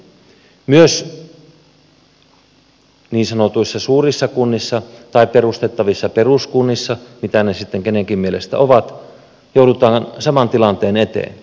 myös niin sanotuissa suurissa kunnissa tai perustettavissa peruskunnissa mitä ne sitten kenenkin mielestä ovat joudutaan saman tilanteen eteen